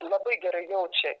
labai gerai jaučia